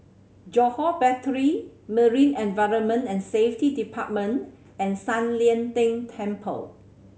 Johore Battery Marine Environment and Safety Department and San Lian Deng Temple